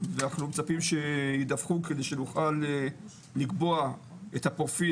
ואנחנו מצפים שידווחו כדי שנוכל לקבוע את הפרופיל